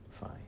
fine